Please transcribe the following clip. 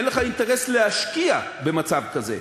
אין לך אינטרס להשקיע במצב כזה.